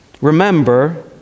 Remember